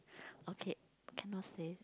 okay cannot say